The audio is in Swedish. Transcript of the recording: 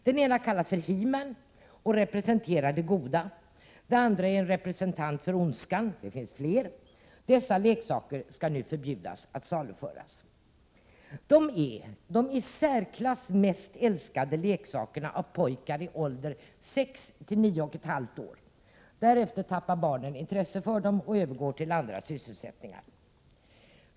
Den ena figuren kallas för Heman och representerar det goda. Den andra är en representant för ondskan. Det finns flera liknande plastfigurer. Det skall alltså bli förbjudet att saluföra dessa leksaker. De är de i dag i särklass mest älskade leksakerna av pojkar i åldern 6 till 9 år. Därefter tappar barnen intresset för dem och övergår till andra sysselsättningar.